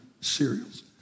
cereals